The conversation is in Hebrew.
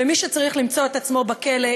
ומי שצריך למצוא את עצמו בכלא,